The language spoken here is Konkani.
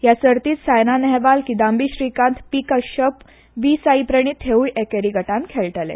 हे सर्तींत सायना नेहवाल किदांबी श्रीकांत पी कश्यप बी सायप्रांत हेवूय गटांत खेळटले